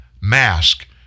mask